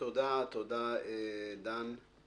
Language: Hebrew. תודה, תודה, דן.